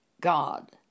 God